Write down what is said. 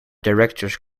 directors